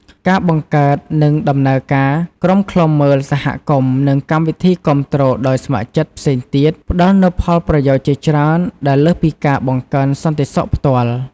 ការបង្កើត និងដំណើរការ ក្រុមឃ្លាំមើលសហគមន៍ និងកម្មវិធីគាំទ្រដោយស្ម័គ្រចិត្តផ្សេងទៀត ផ្តល់នូវផលប្រយោជន៍ជាច្រើនដែលលើសពីការបង្កើនសន្តិសុខផ្ទាល់។